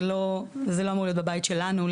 זה לא אמור להיות בבית שלנו,